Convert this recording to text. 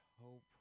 hope